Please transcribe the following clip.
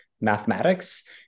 mathematics